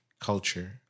culture